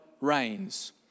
reigns